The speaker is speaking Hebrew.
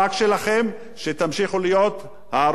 שתמשיכו להיות ערוצים עצמאיים,